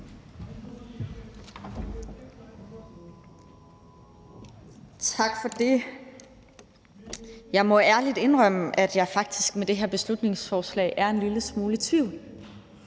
Tak for det. Jeg må ærligt indrømme, at jeg i forhold til det her beslutningsforslag faktisk er en lille smule i tvivl.